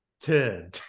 Ten